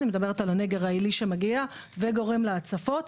אני מדברת על הנגר העילי שמגיע וגורם להצפות.